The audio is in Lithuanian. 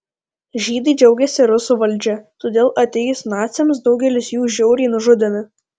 žydai džiaugiasi rusų valdžia todėl atėjus naciams daugelis jų žiauriai nužudomi